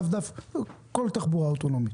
כל תחבורה אוטונומית